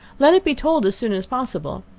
let it be told as soon as possible.